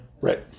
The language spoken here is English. right